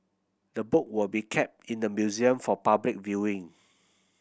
the book will be kept in the museum for public viewing